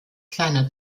kleiner